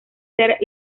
ser